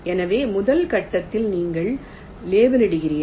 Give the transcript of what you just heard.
எனவே முதல் கட்டத்தில் நீங்கள் லேபிளிடுகிறீர்கள்